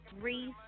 Reese